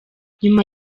nyuma